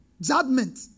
Judgment